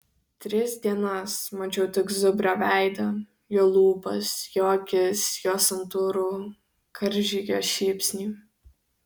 tris dienas mačiau tik zubrio veidą jo lūpas jo akis jo santūrų karžygio šypsnį